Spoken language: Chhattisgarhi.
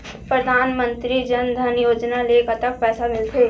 परधानमंतरी जन धन योजना ले कतक पैसा मिल थे?